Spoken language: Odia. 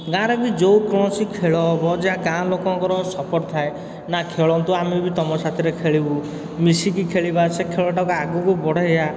ଗାଁରେ ବି ଯେକୌଣସି ଖେଳ ହେବ ଯା ଗାଁଲୋକଙ୍କର ସପୋର୍ଟ ଥାଏ ନା ଖେଳନ୍ତୁ ଆମେ ବି ତୁମ ସାଥିରେ ଖେଳିବୁ ମିଶିକି ଖେଳିବା ସେ ଖେଳଟାକୁ ଆଗକୁ ବଢ଼େଇବା